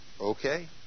Okay